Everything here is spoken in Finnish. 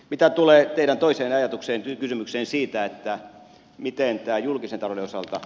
mitä tulee teidän toiseen ajatukseenne kysymykseen siitä miten on julkisen talouden osalta